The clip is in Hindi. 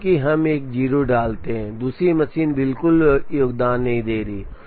क्योंकि हम एक 0 डालते हैं तो दूसरी मशीन बिल्कुल योगदान नहीं दे रही है